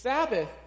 Sabbath